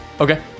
Okay